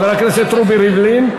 חבר הכנסת רובי ריבלין,